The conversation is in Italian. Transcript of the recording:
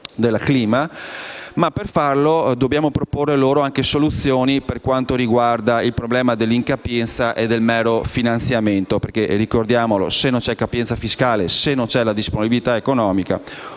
Per farlo dobbiamo proporre loro anche soluzioni per quanto riguarda il problema dell'incapienza e del mero finanziamento. Infatti, se non ci sono capienza fiscale e disponibilità economica